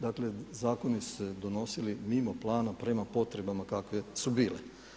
Dakle zakoni su se donosili mimo plana prema potrebama kakve su bile.